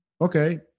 Okay